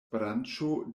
branĉo